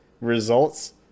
results